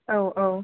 औ औ